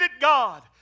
God